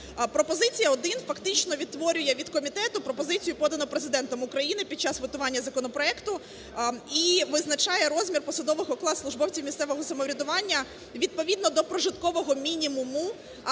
Пропозиція один фактично відтворює від комітету пропозицію, подану Президентом України під час ветування законопроекту, і визначає розмір посадових окладів службовців місцевого самоврядування відповідно до прожиткового мінімуму,